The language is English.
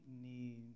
need